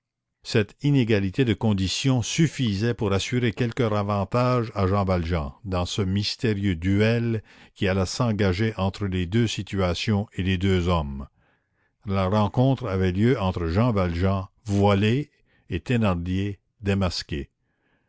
cette inégalité de conditions suffisait pour assurer quelque avantage à jean valjean dans ce mystérieux duel qui allait s'engager entre les deux situations et les deux hommes la rencontre avait lieu entre jean valjean voilé et thénardier démasqué